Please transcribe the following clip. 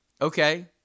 okay